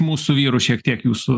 mūsų vyrų šiek tiek jūsų